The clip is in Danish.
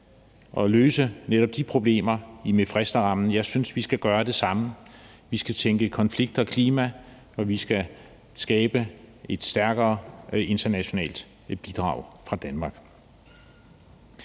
at løse netop de problemer i Mifresta-rammen. Jeg synes, vi skal gøre det samme: Vi skal tænke i konflikter og klima, og vi skal skabe et stærkere internationalt bidrag fra Danmark.